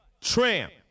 tramp